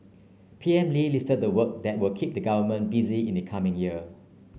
P M Lee listed the work that will keep the government busy in the coming year